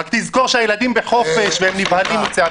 רק תזכור שהילדים בחופשה, והם נבהלים מצעקות.